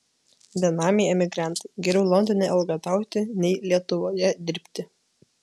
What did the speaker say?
benamiai emigrantai geriau londone elgetauti nei lietuvoje dirbti